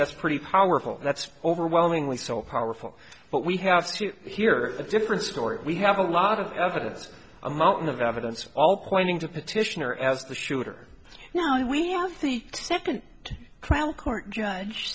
that's pretty powerful that's overwhelmingly so powerful but we have to hear a different story we have a lot of evidence a mountain of evidence all pointing to petitioner as the shooter now we have the second trial court judge